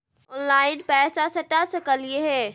Online पैसा सटा सकलिय है?